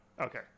Okay